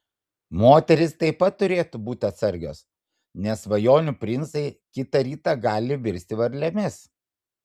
moterys taip pat turėtų būti atsargios nes svajonių princai kitą rytą gali virsti varlėmis